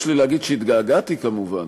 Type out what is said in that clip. יש לי להגיד שהתגעגעתי כמובן.